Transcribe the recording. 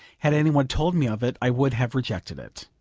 had any one told me of it, i would have rejected it.